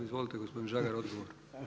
Izvolite gospodin Žagar, odgovor.